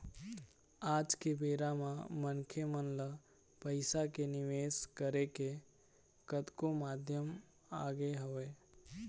आज के बेरा म मनखे मन ल पइसा के निवेश करे के कतको माध्यम आगे हवय